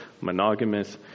monogamous